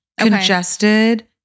congested